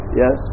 yes